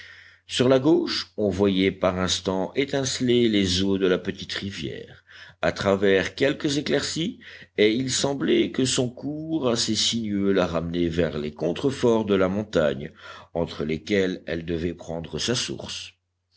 sur la gauche on voyait par instants étinceler les eaux de la petite rivière à travers quelques éclaircies et il semblait que son cours assez sinueux la ramenait vers les contre-forts de la montagne entre lesquels elle devait prendre sa source